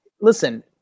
listen